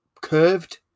curved